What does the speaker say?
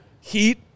heat